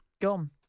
Gone